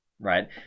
Right